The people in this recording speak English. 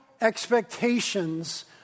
expectations